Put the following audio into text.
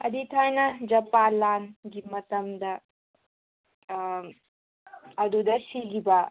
ꯍꯥꯏꯗꯤ ꯊꯥꯏꯅ ꯖꯄꯥꯟ ꯂꯥꯟꯒꯤ ꯃꯇꯝꯗ ꯑꯗꯨꯗ ꯁꯤꯈꯤꯕ